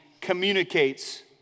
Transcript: communicates